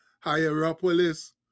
Hierapolis